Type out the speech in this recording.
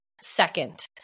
second